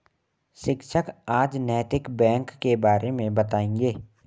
शिक्षक आज नैतिक बैंक के बारे मे बताएँगे